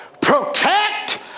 Protect